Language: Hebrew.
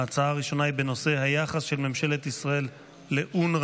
ההצעה הראשונה היא בנושא היחס של ממשלת ישראל לאונר"א.